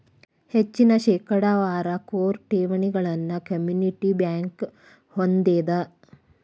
ಹೆಚ್ಚಿನ ಶೇಕಡಾವಾರ ಕೋರ್ ಠೇವಣಿಗಳನ್ನ ಕಮ್ಯುನಿಟಿ ಬ್ಯಂಕ್ ಹೊಂದೆದ